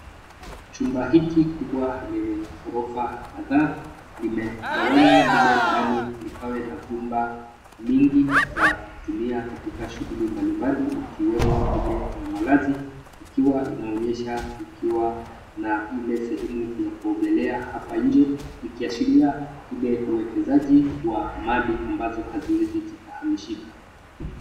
Chumba hiki kubwa lenye ghorofa kadhaa, limegawanywa mle ndani likawe na vyumba nyingi za kutumia katika shuguli mbalimbali, ikiwemo ile ya malazi ikiwa inaonyesha kuwa na ile sehemu ya kuogelea hapa nje, ikiashiria ile uwekezaji wa mali ambazo haziwezi zikahamishika.